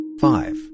Five